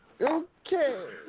Okay